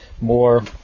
more